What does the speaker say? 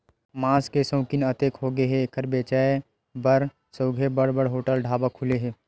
मांस के सउकिन अतेक होगे हे के एखर बेचाए बर सउघे बड़ बड़ होटल, ढाबा खुले हे